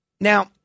Now